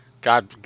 God